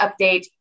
update